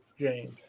James